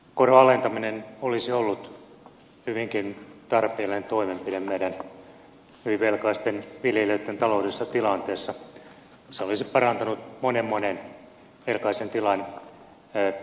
koron alentaminen olisi ollut hyvinkin tarpeellinen toimenpide meidän hyvin velkaisten viljelijöiden taloudellisessa tilanteessa se olisi parantanut monen monen velkaisen tilan maksuvalmiutta